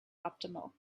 optimal